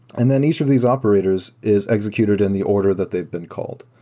and then each of these operators is executed in the order that they've been called.